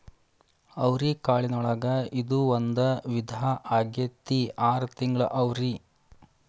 ಅವ್ರಿಕಾಳಿನೊಳಗ ಇದು ಒಂದ ವಿಧಾ ಆಗೆತ್ತಿ ಆರ ತಿಂಗಳ ಅವ್ರಿ